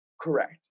Correct